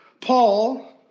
Paul